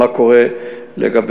מה קורה לגביהם.